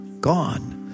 gone